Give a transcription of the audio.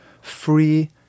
free